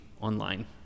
online